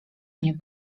mnie